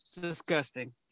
disgusting